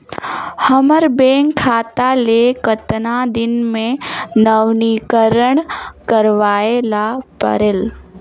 हमर बैंक खाता ले कतना दिन मे नवीनीकरण करवाय ला परेल?